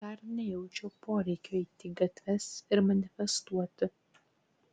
dar nejaučiu poreikio eiti į gatves ir manifestuoti